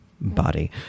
body